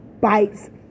bites